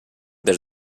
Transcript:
des